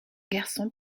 garçon